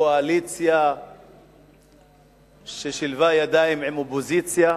קואליציה ששילבה ידיים עם האופוזיציה.